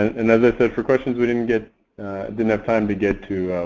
and as i said, for questions we didn't get didn't have time to get to,